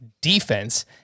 defense